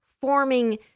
forming